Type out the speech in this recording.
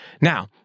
now